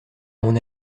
mon